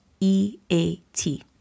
E-A-T